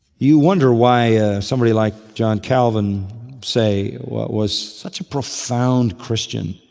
you wonder why somebody like john calvin say, what was such a profound christian,